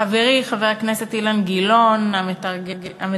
חברי חבר הכנסת אילן גילאון, המתורגמניות